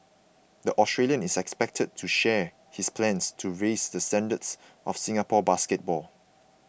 the Australian is expected to share his plans to raise the standards of Singapore basketball